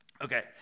Okay